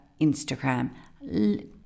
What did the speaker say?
Instagram